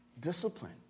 Discipline